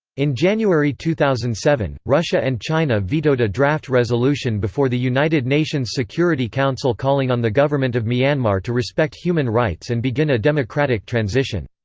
in january two thousand and seven, russia and china vetoed a draft resolution before the united nations security council calling on the government of myanmar to respect human rights and begin a democratic transition.